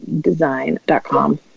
design.com